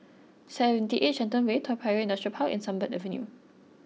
Seventy Eight Shenton Way Toa Payoh Industrial Park and Sunbird Avenue